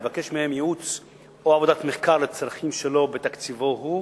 לבקש מהם ייעוץ או עבודת מחקר לצרכים שלו בתקציבו שלו.